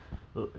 oh